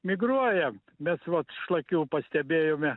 migruoja bet vat šlakių pastebėjome